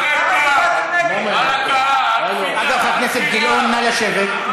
חבר הכנסת גילאון, נא לשבת.